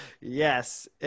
Yes